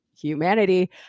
humanity